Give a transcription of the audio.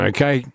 Okay